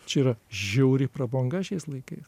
čia yra žiauri prabanga šiais laikais